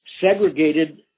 segregated